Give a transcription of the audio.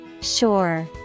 Sure